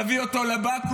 תביא אותו לבקו"ם?